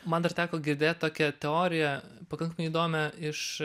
man dar teko girdėt tokią teoriją pakankamai įdomią iš